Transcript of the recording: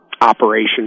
operation